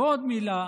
ועוד מילה